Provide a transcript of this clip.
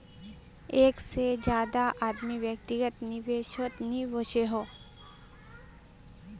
एक से ज्यादा आदमी व्यक्तिगत निवेसोत नि वोसोह